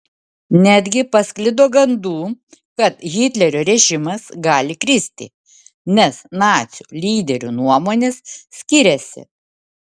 netgi pasklido gandų kad hitlerio režimas gali kristi nes nacių lyderių nuomonės skiriasi